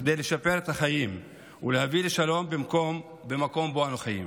כדי לשפר את החיים ולהביא לשלום במקום שבו אנו חיים.